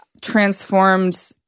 transformed